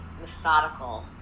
methodical